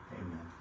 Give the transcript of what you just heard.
Amen